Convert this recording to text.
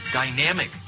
dynamic